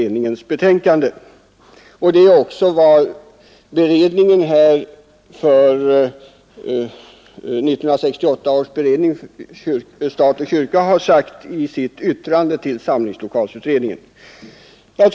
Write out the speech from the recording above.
Det är också vad 1968 års beredning om stat och kyrka har sagt i sitt yttrande till samlingslokalsutredningen.